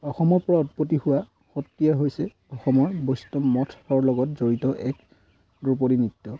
অসমৰপৰা উৎপত্তি হোৱা সত্ৰীয়া হৈছে অসমৰ বৈষ্ণৱ মঠৰ লগত জড়িত এক ধ্ৰুপদী নৃত্য